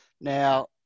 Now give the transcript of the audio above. Now